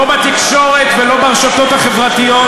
לא בתקשורת ולא ברשתות החברתיות,